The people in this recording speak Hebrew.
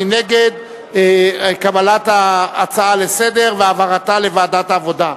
מי נגד קבלת ההצעה לסדר-היום והעברתה לוועדת העבודה.